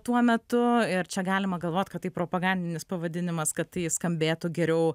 tuo metu ir čia galima galvot kad tai propagandinis pavadinimas kad tai skambėtų geriau